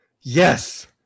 Yes